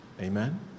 Amen